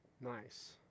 Nice